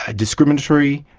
ah discriminatory,